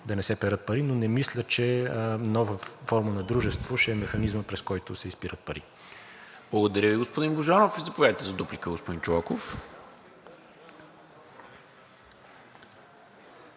да не се перат пари, но не мисля, че нова форма на дружество ще е механизмът, през който се изпират пари. ПРЕДСЕДАТЕЛ НИКОЛА МИНЧЕВ: Благодаря Ви, господин Божанов. Заповядайте за дуплика, господин Чолаков.